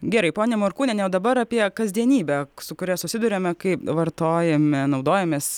gerai ponia morkūniene o dabar apie kasdienybę su kuria susiduriame kai vartojame naudojamės